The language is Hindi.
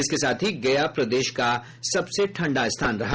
इसके साथ ही गया प्रदेश का सबसे ठंडा स्थान रहा